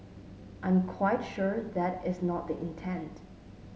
I'm quite sure that is not the intent